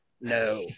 No